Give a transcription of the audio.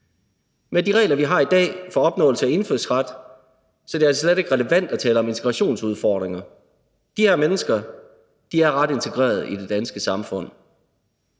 Med de regler, vi har i dag, for opnåelse af indfødsret er det altså slet ikke relevant at tale om integrationsudfordringer. De her mennesker er ret integrerede i det danske samfund.